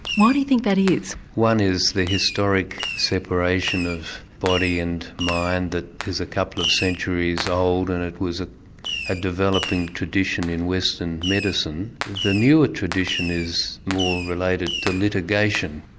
why do you think that is? one is the historic separation of body and mind that is a couple of centuries old and it was ah a developing tradition in western medicine. the newer tradition is more related to litigation.